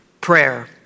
prayer